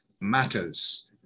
matters